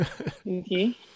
Okay